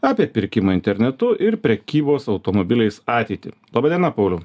apie pirkimą internetu ir prekybos automobiliais ateitį laba diena pauliau